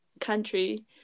country